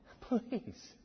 Please